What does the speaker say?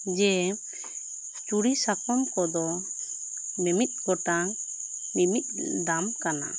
ᱡᱮ ᱪᱩᱲᱤ ᱥᱟᱠᱚᱢ ᱠᱚᱫᱚ ᱢᱤᱢᱤᱫ ᱜᱚᱴᱟᱝ ᱢᱤᱢᱤᱫ ᱫᱟᱢ ᱠᱟᱱᱟ